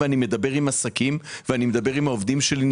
ואני מדבר עם עסקים ואני מדבר עם העובדים ---,